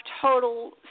total